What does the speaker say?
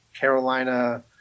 Carolina